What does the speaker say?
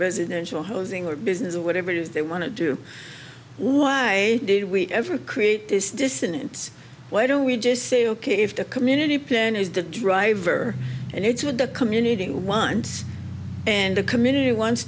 residential housing or business or whatever it is they want to do why did we ever create this dissonance why don't we just say ok if the community plan is the driver and it's with the community and the community wants